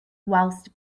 whilst